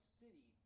city